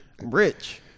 rich